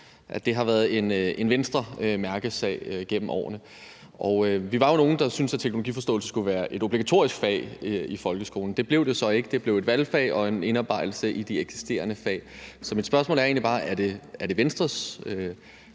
at det har været en Venstremærkesag gennem årene. Vi var jo nogle, der syntes, at teknologiforståelse skulle være et obligatorisk fag i folkeskolen. Det blev det så ikke, det blev et valgfag og en indarbejdelse i de eksisterende fag. Så mit spørgsmål er egentlig bare, om det er Venstres